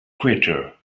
crater